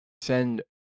send